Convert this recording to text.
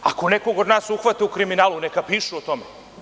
Ako nekog od nas uhvate u kriminalu, neka pišu o tome.